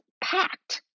packed